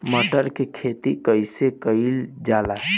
मटर के खेती कइसे कइल जाला?